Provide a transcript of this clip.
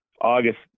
August